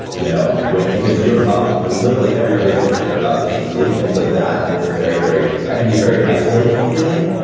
you know because you're up when literally everybody that you care about is asleep, and so that is a very, very. that can be a very isolating feeling.